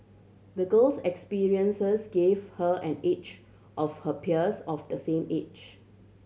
the girl's experiences gave her an edge of her peers of the same age